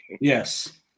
Yes